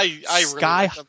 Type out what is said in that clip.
sky